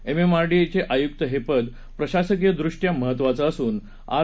M M R D A आयुक्त हे पद प्रशासकीय दृष्ट्या महत्त्वाचं असून आर